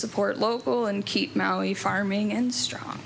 support local and keep maui farming and strong